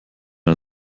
ein